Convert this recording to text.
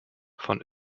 von